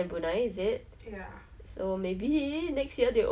then like I think it wasn't I think I felt like